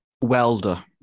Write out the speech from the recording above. Welder